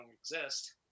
exist